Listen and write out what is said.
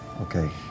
okay